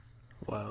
Wow